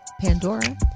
Pandora